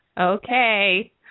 Okay